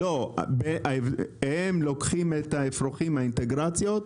הם לוקחים את האפרוחים, האינטגרציות,